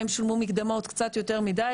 אם שולמו מקדמות קצת יותר מידי,